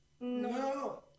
No